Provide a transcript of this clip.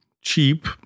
cheap